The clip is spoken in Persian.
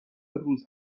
روز